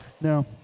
No